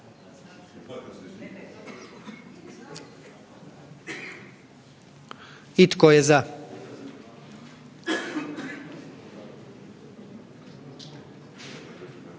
Tko je za?